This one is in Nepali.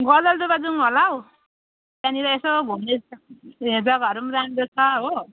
गजलडुब्बा जाउँ होला हौ त्यहाँनिर यसो घुम्ने जग्गाहरू पनि राम्रो छ हो